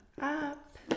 up